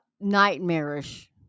nightmarish